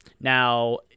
Now